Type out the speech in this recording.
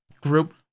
group